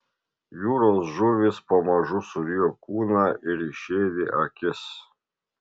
jūros žuvys pamažu surijo kūną ir išėdė akis